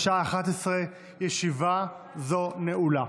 בשעה 11:00. ישיבה זו נעולה.